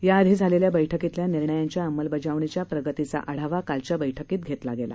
याआधीझालेल्याबैठकीतल्यानिर्णयांच्याअंबलबजाणीच्याप्रगतीचाआढावाकालच्याबैठकीतघेतलागेला